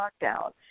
lockdown